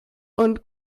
und